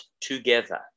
together